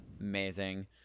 amazing